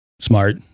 smart